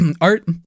Art